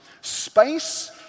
Space